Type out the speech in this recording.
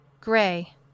Gray